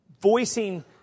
voicing